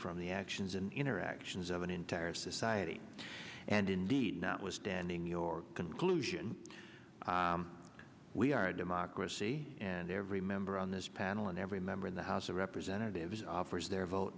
from the actions and interactions of an entire society and indeed now it was danding your conclusion that we are a democracy and every member on this panel and every member in the house of representatives offers their vote